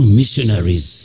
missionaries